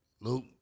Luke